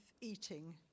eating